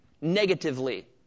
negatively